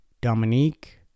Dominique